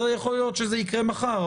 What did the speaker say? יכול להיות שזה יקרה מחר,